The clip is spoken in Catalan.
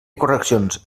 correccions